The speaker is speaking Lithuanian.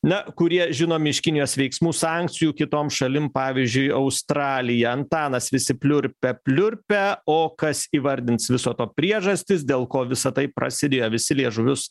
na kurie žinomi iš kinijos veiksmų sankcijų kitom šalim pavyzdžiui australija antanas visi pliurpia pliurpia o kas įvardins viso to priežastis dėl ko visa tai prasidėjo visi liežuvius